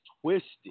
twisted